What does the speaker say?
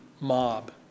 mob